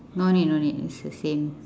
no need no need is the same